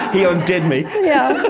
he undid me yeah.